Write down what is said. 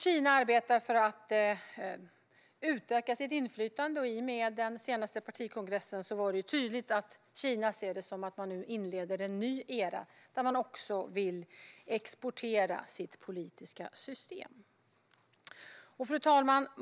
Kina arbetar för att utöka sitt inflytande, och i och med den senaste partikongressen blev det tydligt att Kina ser det som att man nu inleder en ny era där man också vill exportera sitt politiska system. Fru talman!